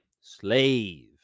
slave